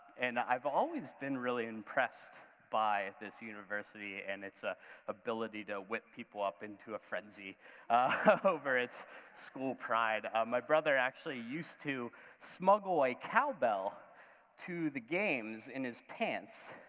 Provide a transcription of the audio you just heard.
and i've always been really impressed by this university and its ah ability to whip people up into a frenzy over its school pride. my brother actually used to smuggle a cowbell to the games in his pants